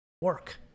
work